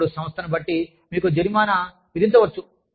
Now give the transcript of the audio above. ఇప్పుడు సంస్థను బట్టి మీకు జరిమానా విధించవచ్చు